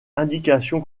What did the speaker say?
indication